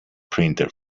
printer